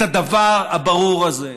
הדבר הברור הזה,